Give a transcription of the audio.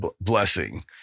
blessing